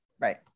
Right